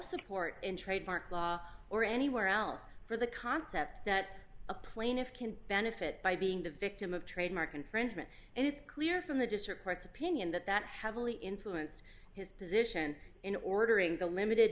support in trademark law or anywhere else for the concept that a plaintiff can benefit by being the victim of trademark infringement and it's clear from the district court's opinion that that heavily influenced his position in ordering the limited